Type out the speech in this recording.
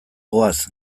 goaz